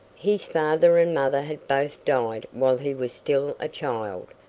his father and mother had both died while he was still a child,